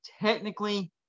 technically